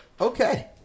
Okay